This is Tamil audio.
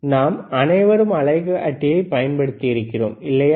நாம் அனைவரும் அலைக்காட்டியை பயன்படுத்தி இருக்கிறோம் இல்லையா